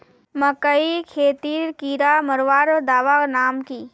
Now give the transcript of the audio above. मकई खेतीत कीड़ा मारवार दवा नाम की?